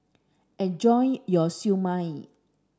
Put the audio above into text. enjoy your Siew Mai